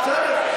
בסדר,